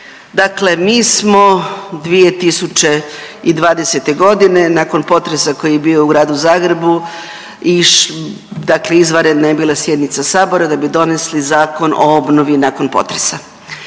Dakle, mi smo 2020. godine nakon potresa koji je bio u gradu Zagrebu, dakle izvanredna je bila sjednica Sabora da bi donesli Zakon o obnovi nakon potresa.